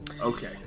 Okay